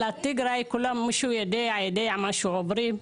אבל בטיגריי, מי שיודע יודע, מה שעוברים.